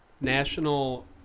National